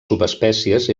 subespècies